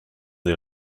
des